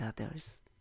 others